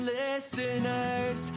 listeners